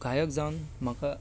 गायक जावन म्हाका